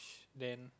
than